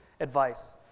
advice